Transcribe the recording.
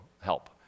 help